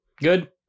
good